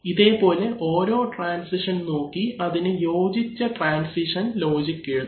ഇതുപോലെ ഓരോ ട്രാൻസിഷൻ നോക്കി അതിന് യോജിച്ച ട്രാൻസിഷൻ ലോജിക് എഴുതും